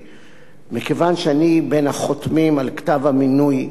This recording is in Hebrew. מכיוון שאני בין החותמים על כתב המינוי לוועדה,